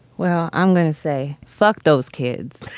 well, i'm going to say fuck those kids